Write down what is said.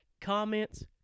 comments